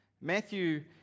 Matthew